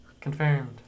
Confirmed